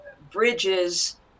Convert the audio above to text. bridges